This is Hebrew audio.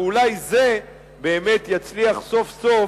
ואולי זה באמת יצליח סוף-סוף